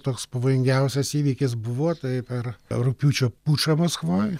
toks pavojingiausias įvykis buvo taip per rugpjūčio pučą maskvoj